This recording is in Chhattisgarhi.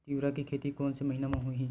तीवरा के खेती कोन से महिना म होही?